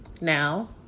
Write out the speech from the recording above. Now